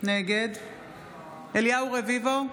נגד אליהו רביבו,